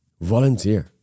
volunteer